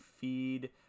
feed